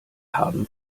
haben